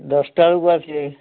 ଦଶଟା ବେଳକୁ ଆସିବେ